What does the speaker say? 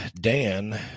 Dan